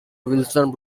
wilson